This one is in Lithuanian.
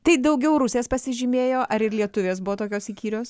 tai daugiau rusės pasižymėjo ar ir lietuvės buvo tokios įkyrios